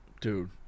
Dude